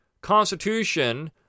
Constitution